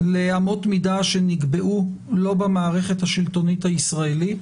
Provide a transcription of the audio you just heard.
לאמות מידה שנקבעו לא במערכת השלטונית הישראלית